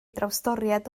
drawstoriad